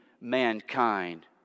mankind